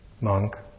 monk